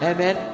Amen